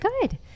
good